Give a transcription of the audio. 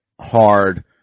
hard